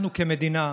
אנחנו כמדינה,